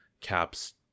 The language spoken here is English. CAPS